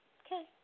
okay